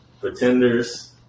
Pretenders